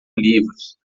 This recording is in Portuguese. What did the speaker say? livros